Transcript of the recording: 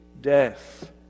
death